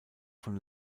von